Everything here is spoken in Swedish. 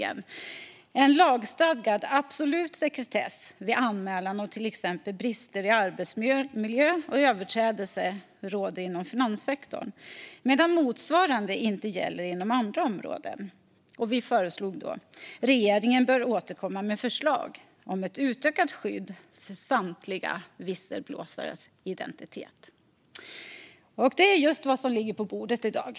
En lagstadgad absolut sekretess vid anmälan av till exempel brister i arbetsmiljö och överträdelser råder inom finanssektorn medan motsvarande inte gäller inom andra områden, och regeringen bör därför återkomma med förslag om ett utökat skydd för samtliga visselblåsares identitet. Detta är just vad som ligger på bordet i dag.